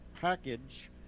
package